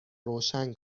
روشن